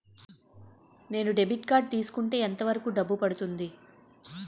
నేను debit card తీసుకుంటే ఎంత వరకు డబ్బు పడుతుంది?